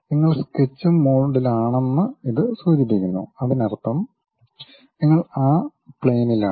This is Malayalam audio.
നിങ്ങൾ സ്കെച്ച് മോഡിലാണെന്ന് ഇത് സൂചിപ്പിക്കുന്നു അതിനർത്ഥം നിങ്ങൾ ആ പ്ലെയിനിലാണ്